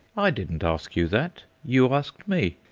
i didn't ask you that you asked me.